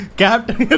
captain